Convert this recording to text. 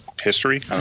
history